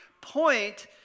point